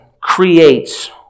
creates